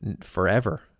forever